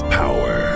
power